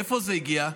מאיפה זה הגיע?